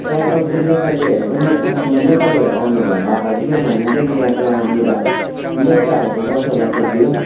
तर तपाईँको नेपालीहरू पनि बस्नु नेपालीहरू आउनभन्दा अगाडि चाहिँ भनिन्छ कि यहाँ त यहाँनिर लेप्चाहरूको बसोबासो थियो